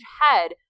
head